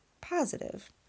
positive